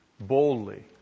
boldly